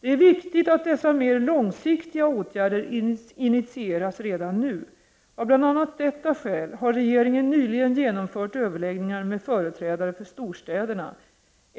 Det är viktigt att dessa mer långsiktiga åtgärder initieras redan nu. Av bl.a. detta skäl har regeringen nyligen genomfört överläggningar med företrädare för storstäderna.